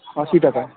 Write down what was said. আশি টাকা